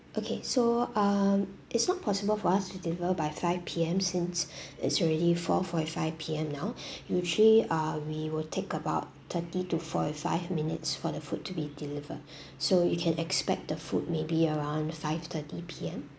okay so um it's not possible for us to delivery by five P_M since it's already four forty five P_M now usually uh we will take about thirty to forty five minutes for the food to be delivered so you can expect the food maybe around five thirty P_M